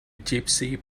gypsy